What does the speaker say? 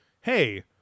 hey